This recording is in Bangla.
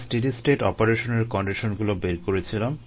আমরা স্টেডি স্টেট অপারেশনের কন্ডিশনগুলো বের করেছিলাম